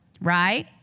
right